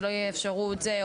שלא יהיה אפשרות זה,